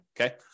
Okay